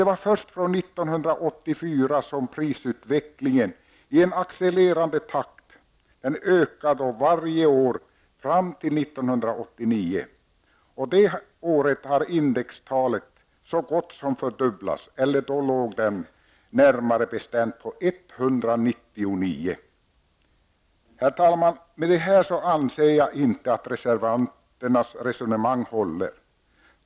Det är först från år 1984 som prisutvecklingen ökar i en accelererande takt varje år fram till år 1989. Det året har indextalet så gott som fördubblats och låg då på 199. Herr talman! Jag anser inte att reservanternas resonemang håller.